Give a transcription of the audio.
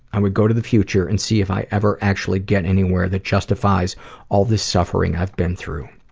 i would go to the future and see if i ever actually get anywhere that justifies all the suffering i've been through.